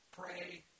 pray